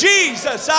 Jesus